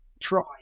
try